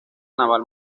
naval